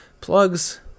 plugs